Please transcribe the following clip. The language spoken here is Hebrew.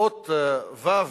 האות וי"ו,